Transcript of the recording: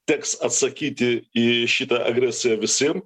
teks atsakyti į šitą agresiją visiem